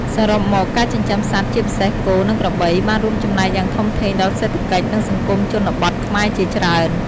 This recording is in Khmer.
សរុបមក ការចិញ្ចឹមសត្វ ជាពិសេសគោ និងក្របី បានរួមចំណែកយ៉ាងធំធេងដល់សេដ្ឋកិច្ច និងសង្គមជនបទខ្មែរជាច្រើន។